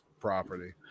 property